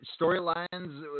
storylines